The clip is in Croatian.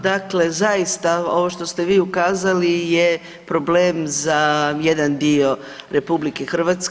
Dakle, zaista ovo što ste vi ukazali je problem za jedan dio RH.